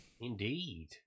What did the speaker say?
Indeed